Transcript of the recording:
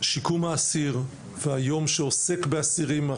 לשיקום האסיר, זה היום שעוסק באסירים.